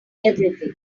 everything